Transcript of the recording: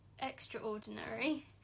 extraordinary